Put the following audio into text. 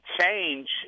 change